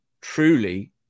truly